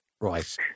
right